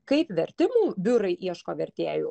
kaip vertimų biurai ieško vertėjų